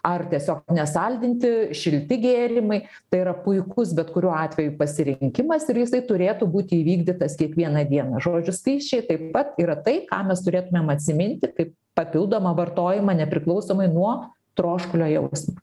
ar tiesiog nesaldinti šilti gėrimai tai yra puikus bet kuriuo atveju pasirinkimas ir jisai turėtų būti įvykdytas kiekvieną dieną žodžiu skysčiai taip pat yra tai ką mes turėtumėm atsiminti kaip papildomą vartojimą nepriklausomai nuo troškulio jausmo